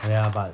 ya but